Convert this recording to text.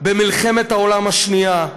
במלחמת העולם השנייה.